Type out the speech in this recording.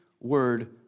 word